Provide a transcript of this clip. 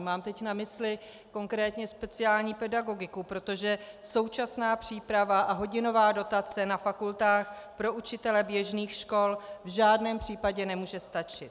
Mám teď na mysli konkrétně speciální pedagogiku, protože současná příprava a hodinová dotace na fakultách pro učitele běžných škol v žádném případě nemůže stačit.